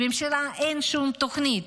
לממשלה אין שום תוכנית.